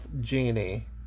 Genie